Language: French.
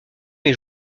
est